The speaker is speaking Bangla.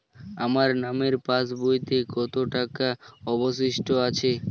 আমার নামের পাসবইতে কত টাকা অবশিষ্ট আছে?